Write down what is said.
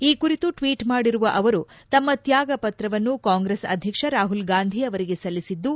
ಈ ಕುರಿತು ಟ್ವೀಟ್ ಮಾಡಿರುವ ಅವರು ತಮ್ಮ ತ್ಯಾಗ ಪತ್ರವನ್ನು ಕಾಂಗೆಸ್ ಅಧ್ವಕ್ಷ ರಾಹುಲ್ ಗಾಂಧಿ ಅವರಿಗೆ ಸಲ್ಲಿಸಿದ್ದು